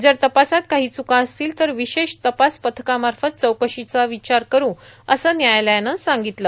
जर तपासात काही चुका असतील तर विशेष तपास पथकामार्फत चौकशीचा विचार करू असं न्यायालयानं सांगितलं